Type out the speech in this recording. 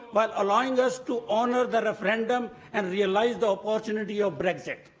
but allowing us to honour the referendum and realise the opportunity of brexit.